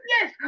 Yes